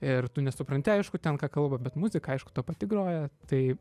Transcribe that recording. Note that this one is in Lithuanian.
ir tu nesupranti aišku ten ką kalba bet muzika aišku ta pati groja tai